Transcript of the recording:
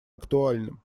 актуальным